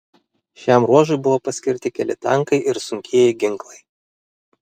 šiam ruožui buvo paskirti keli tankai ir sunkieji ginklai